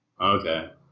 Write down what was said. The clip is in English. Okay